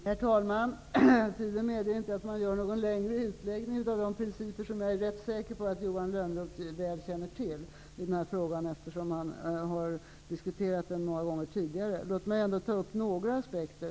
Herr talman! Tiden medger inte att man gör någon längre utläggning av de principer som rör den här frågan och som jag är rätt säker på att Johan Lönnroth väl känner till, eftersom han har diskuterat frågan många gånger tidigare. Låt mig ändå ta upp några aspekter.